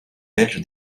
belge